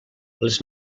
les